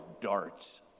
darts